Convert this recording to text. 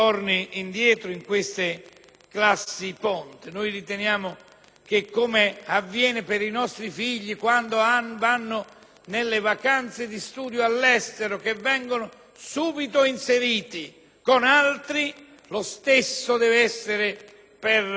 Riteniamo che, come avviene per i nostri figli, che quando partecipano alle vacanze di studio all'estero vengono subito inseriti con altri, lo stesso debba accadere per i minori